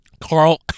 Carl